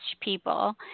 people